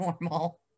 normal